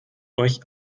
euch